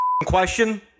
question